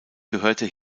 gehörte